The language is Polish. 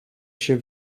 się